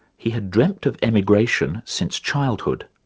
he had dreamt of emigration since childhood.